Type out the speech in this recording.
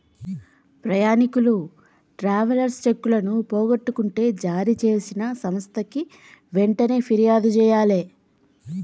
ప్రయాణీకులు ట్రావెలర్స్ చెక్కులను పోగొట్టుకుంటే జారీచేసిన సంస్థకి వెంటనే పిర్యాదు జెయ్యాలే